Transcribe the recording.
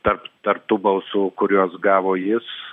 tarp tarp tų balsų kuriuos gavo jis